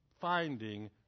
finding